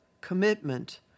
commitment